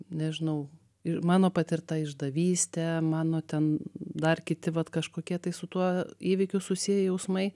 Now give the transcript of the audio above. nežinau ir mano patirta išdavystė mano ten dar kiti vat kažkokie tai su tuo įvykiu susiję jausmai